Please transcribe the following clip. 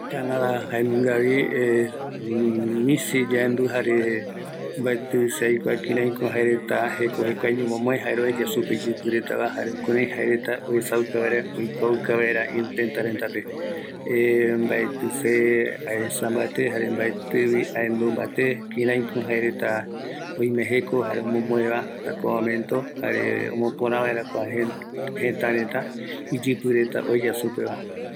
Kua canada jenungavi, misï yae yaendu, jare mbaeti yaikua kïräiko jaereta jeko jekuaeño omomoe, jare oeya supe iyɨpï retava, jare jukuraï jaereta oesauka vaera, oikuauka vaera ïrü tëtäretape mbaetï see aesa mbate, jare mbaetïvi aendu mbate kiraiko jaereta oime jeko jare omomoeva, jare omopöorä vaera jëtäreta iyïpïreta oeya supeva.